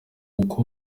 kuko